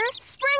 spring